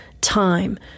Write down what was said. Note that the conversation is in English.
time